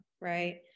right